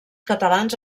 catalans